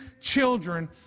children